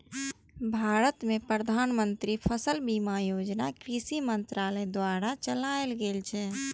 भारत मे प्रधानमंत्री फसल बीमा योजना कृषि मंत्रालय द्वारा चलाएल गेल छै